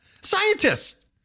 Scientists